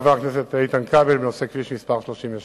ח' באב התשס"ט (29 ביולי 2009): בכביש 38